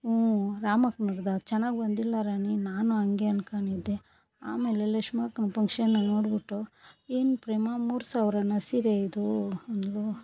ಹ್ಞೂ ರಾಮಕ್ಕನ್ರದಾ ಚೆನ್ನಾಗಿ ಬಂದಿಲ್ಲ ರಾಣಿ ನಾನು ಹಾಗೆ ಅಂದ್ಕೊಂಡಿದ್ದೆ ಆಮೇಲೆ ಲಕ್ಷ್ಮಿ ಅಕ್ಕ ಫಂಕ್ಷನಲ್ಲಿ ನೋಡಿಬಿಟ್ಟು ಏನು ಪ್ರೇಮಾ ಮೂರು ಸಾವಿರಾನ ಸೀರೆ ಇದು ಅಂದಳು